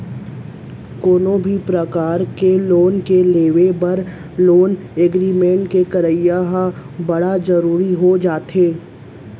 कोनो भी परकार के लोन के लेवब बर लोन एग्रीमेंट के करई ह बड़ जरुरी हो जाथे